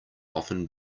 often